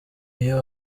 iyo